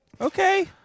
okay